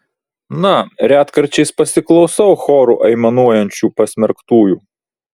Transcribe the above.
na retkarčiais pasiklausau choru aimanuojančių pasmerktųjų